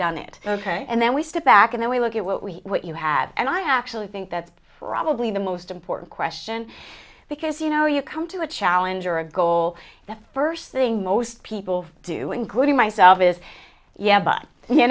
done it and then we step back and we look at what we what you have and i actually think that from will be the most important question because you know you come to a challenge or a goal the first thing most people do including myself is yeah but you